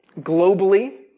Globally